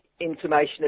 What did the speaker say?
information